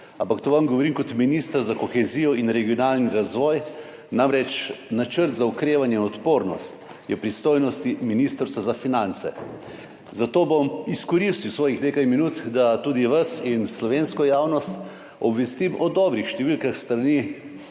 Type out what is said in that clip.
ampak to vam govorim kot minister za kohezijo in regionalni razvoj, namreč Načrt za okrevanje in odpornost je v pristojnosti Ministrstva za finance, zato bom izkoristil svojih nekaj minut, da vas in slovensko javnost obvestim o dobrih številkah s strani